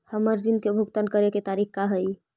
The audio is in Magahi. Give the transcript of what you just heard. हमर ऋण के भुगतान करे के तारीख का हई?